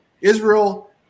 Israel